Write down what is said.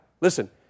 listen